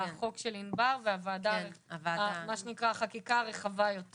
החוק של ענבר ומה שנקרא החקיקה הרחבה יותר.